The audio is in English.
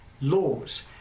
laws